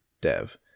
Dev